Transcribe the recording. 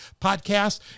podcast